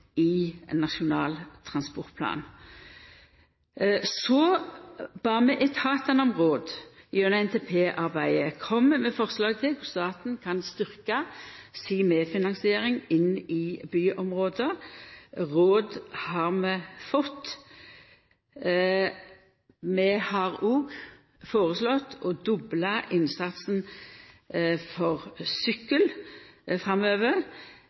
i Nasjonal transportplan. Så bad vi etatane gjennom NTP-arbeidet om å koma med råd og forslag til korleis staten kan styrkja si medfinansiering inn i byområda. Råd har vi fått. Vi har òg føreslått å dobla innsatsen for sykkel framover.